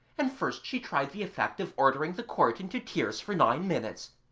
and first she tried the effect of ordering the court into tears for nine minutes,